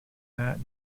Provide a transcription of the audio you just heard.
that